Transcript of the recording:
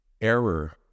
error